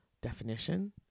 definition